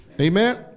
Amen